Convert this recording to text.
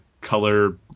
color